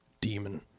Demon